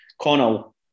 Connell